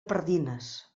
pardines